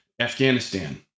Afghanistan